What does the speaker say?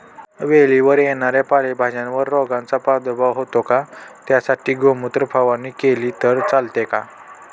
वेलीवर येणाऱ्या पालेभाज्यांवर रोगाचा प्रादुर्भाव होतो का? त्यासाठी गोमूत्र फवारणी केली तर चालते का?